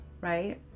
right